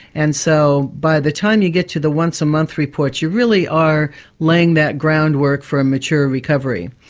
and so by the time you get to the once a month report, you really are laying that groundwork for a mature recovery.